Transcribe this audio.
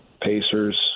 Pacers